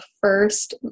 first